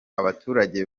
abaturage